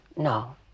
No